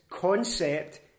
concept